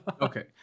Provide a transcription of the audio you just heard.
Okay